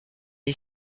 est